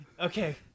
Okay